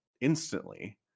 instantly